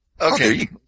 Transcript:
Okay